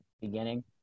Beginning